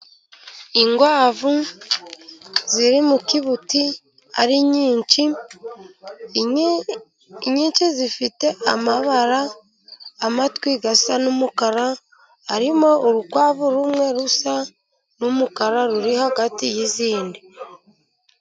Inkwavu ziri mu kibuti ari nyinshi, inyinshi zifite amabara, amatwi asa n'umukara harimo urukwavu rumwe rusa n'umukara, ruri hagati y'izindi.